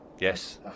yes